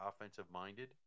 offensive-minded